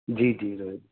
जी जी